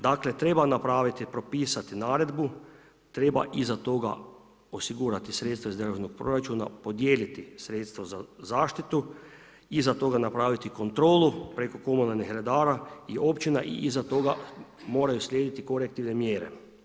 Dakle, treba napraviti, propisati naredbu, treba iza toga osigurati sredstva iz državnog proračuna, odjeliti sredstva za zaštitu, iza toga napraviti kontrolu preko komunalnih redara i općina i iza toga moraju slijediti kolektivne mjere.